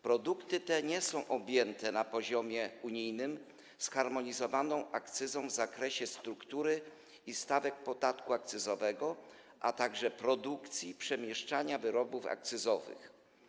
Produkty te nie są objęte na poziomie unijnym zharmonizowaną akcyzą w zakresie struktury i stawek podatku akcyzowego, a także produkcji i przemieszczania wyrobów akcyzowych.